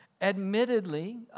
admittedly